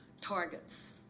targets